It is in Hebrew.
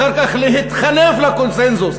אחר כך להתחנף לקונסנזוס,